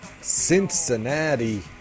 Cincinnati